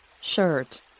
shirt